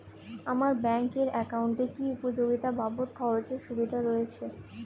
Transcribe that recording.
আমার ব্যাংক এর একাউন্টে কি উপযোগিতা বাবদ খরচের সুবিধা রয়েছে?